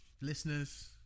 listeners